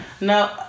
no